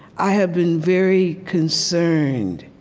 i have been very concerned